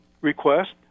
request